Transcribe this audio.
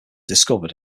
discovered